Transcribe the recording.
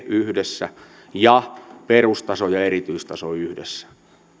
yhdessä ja perustaso ja erityistaso yhdessä